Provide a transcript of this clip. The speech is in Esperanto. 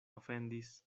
ofendis